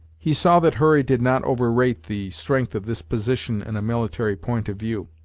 he saw that hurry did not overrate the strength of this position in a military point of view,